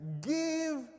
give